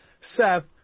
Seth